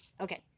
okay